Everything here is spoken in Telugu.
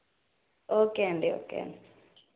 ఓకే అండీ ఓకే